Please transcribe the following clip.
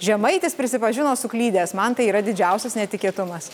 žemaitis prisipažino suklydęs man tai yra didžiausias netikėtumas